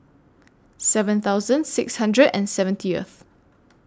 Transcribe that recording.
seven thousand six hundred and seventieth